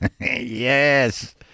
yes